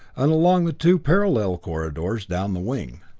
and along the two parallel corridors down the wing.